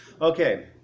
Okay